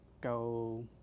go